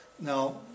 Now